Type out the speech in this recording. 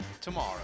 tomorrow